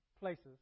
places